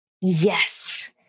Yes